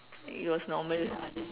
it was normal